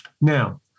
Now